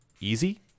easy